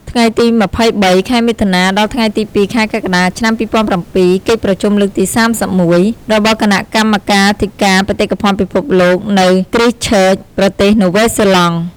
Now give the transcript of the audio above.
ថ្ងៃទី២៣ ខែមិថុនា ដល់ថ្ងៃទី០២ ខែកក្កដា ឆ្នាំ២០០៧ កិច្ចប្រជុំលើកទី៣១ របស់គណៈកម្មាធិការបេតិកភណ្ឌពិភពលោក នៅហ្គ្រីសឆឺច (Christchuech) ប្រទេសណូវែលហ្សេឡង់។